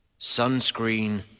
sunscreen